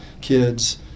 kids